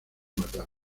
matar